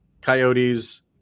Coyotes